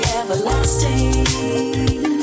everlasting